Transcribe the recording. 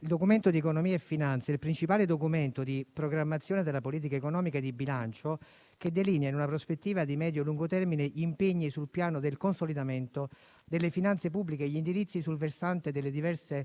Il documento di economia e finanza è il principale documento di programmazione della politica economica e di bilancio, che delinea, in una prospettiva di medio-lungo termine, gli impegni sul piano del consolidamento delle finanze pubbliche e gli indirizzi sul versante delle diverse